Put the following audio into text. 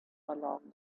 along